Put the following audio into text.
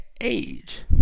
age